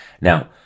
Now